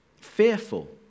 fearful